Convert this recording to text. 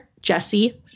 Jesse